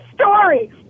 story